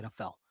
NFL